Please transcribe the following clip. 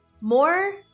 more